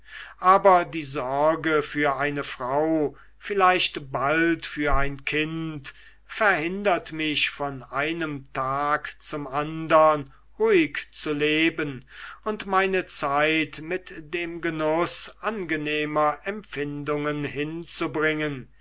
aber die sorge für eine frau vielleicht bald für ein kind verhindert mich von einem tag zum andern ruhig zu leben und meine zeit mit dem genuß angenehmer empfindungen hinzubringen